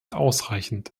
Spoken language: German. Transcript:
ausreichend